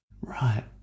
Right